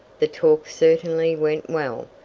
the talk certainly went well,